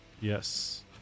Yes